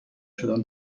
شدن